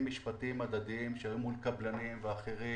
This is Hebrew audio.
משפטיים הדדיים שהיו מול קבלנים ואחרים